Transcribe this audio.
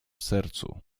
sercu